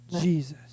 Jesus